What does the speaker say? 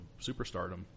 superstardom